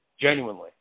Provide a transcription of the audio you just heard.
genuinely